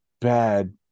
bad